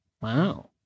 Wow